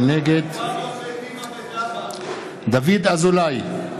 נגד דוד אזולאי,